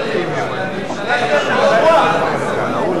נדמה לי שלממשלה יש רוב בוועדת הכספים.